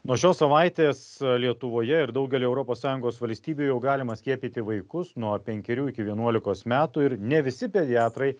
nuo šios savaitės lietuvoje ir daugelyje europos sąjungos valstybių jau galima skiepyti vaikus nuo penkerių iki vienuolikos metų ir ne visi pediatrai